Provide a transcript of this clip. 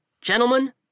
Gentlemen